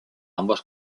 ambos